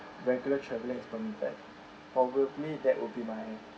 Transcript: regular travelling is from that probably that would be my